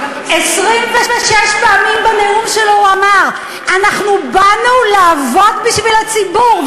26 פעמים הוא אמר בנאום שלו: אנחנו באנו לעבוד בשביל הציבור.